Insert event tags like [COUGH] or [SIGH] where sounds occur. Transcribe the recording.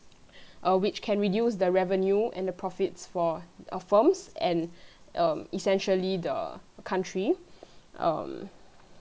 [BREATH] uh which can reduce the revenue and the profits for uh firms and [BREATH] um essentially the country [BREATH] um